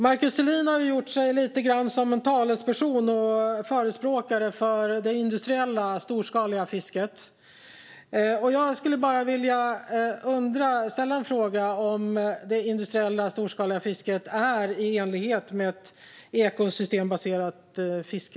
Markus Selin har lite grann gjort sig till talesperson och förespråkare för det industriella storskaliga fisket. Jag skulle bara vilja ställa en fråga: Är det industriella storskaliga fisket i enlighet med ett ekosystembaserat fiske?